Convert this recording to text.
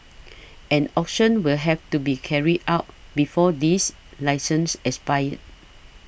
an auction will have to be carried out before these licenses expire